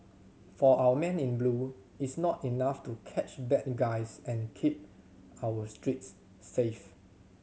for our men in blue it's not enough to catch bad guys and keep our streets safe